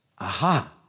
Aha